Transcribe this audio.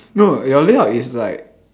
no your layup is like